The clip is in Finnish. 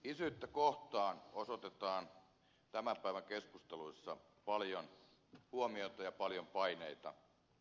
isyyttä kohtaan osoitetaan tämän päivän keskusteluissa paljon huomiota ja paljon paineita